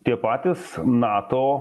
tie patys nato